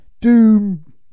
Doom